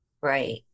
Right